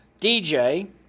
DJ